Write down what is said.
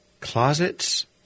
Closets